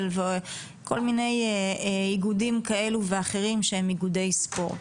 וכל מיני איגודים כאלה ואחרים שהם איגודי ספורט.